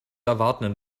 erwartenden